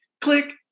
Click